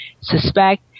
suspect